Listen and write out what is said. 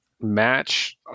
match